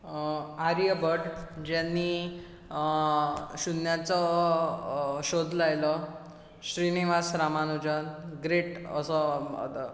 आर्यभट ज्यांणी शुन्याचो शोद लायलो श्रिनावास रामानुजम ग्रेट असो